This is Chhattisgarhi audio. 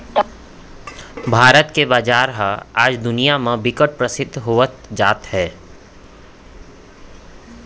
भारत के बजार ह आज दुनिया म बिकट परसिद्ध होवत जात हे